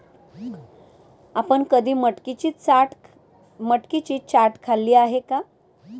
आपण कधी मटकीची चाट खाल्ली आहे का?